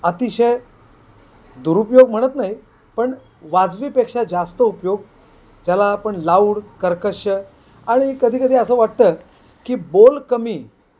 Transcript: अतिशय दुरुपयोग म्हणत नाही पण वाजवीपेक्षा जास्त उपयोग ज्याला आपण लाऊड कर्कश आणि कधीकधी असं वाटतं की बोल कमी